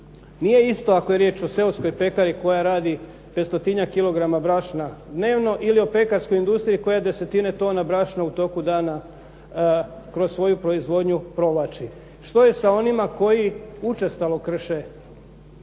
Nije isto ako je riječ o seoskoj pekari koja radi 500-tinjak kilograma brašna dnevno ili o pekarskoj industriji koja desetine tona brašna u toku dana kroz svoju proizvodnju provlači. Što je sa onima koji učestalo krše